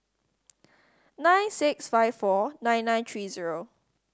nine six five four nine nine three zero